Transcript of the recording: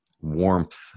warmth